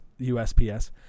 usps